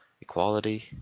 equality